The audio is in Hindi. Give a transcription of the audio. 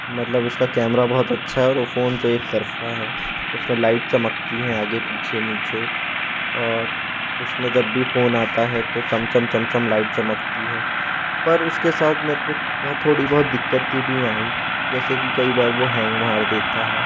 मतलब उसका कैमरा बहुत अच्छा है वो फ़ोन तो एक तरफ़ा है उसमें लाईट चमकती है आगे पीछे नीचे और उसमें जब भी फ़ोन आता है तो चम चम चम चम लाइट चमकती है पर उसके साथ मेरे को थोड़ी बहुत दिक्कत थी भी आई जैसे कि कई बार वह हैंग मार देता है